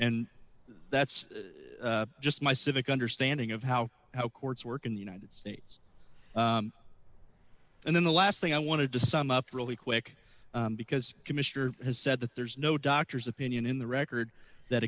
and that's just my civic understanding of how how courts work in the united states and then the last thing i wanted to sum up really quick because commissioner has said that there's no doctor's opinion in the record that